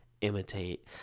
imitate